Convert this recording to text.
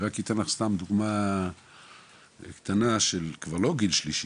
אני אתן לך דוגמא קטנה, כבר לא של גיל שלישי.